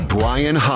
Brian